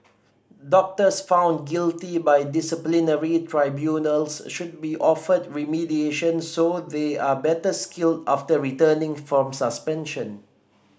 doctors found guilty by disciplinary tribunals should be offered remediation so they are better skilled after returning from suspension